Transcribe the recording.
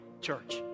Church